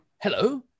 hello